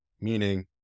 Meaning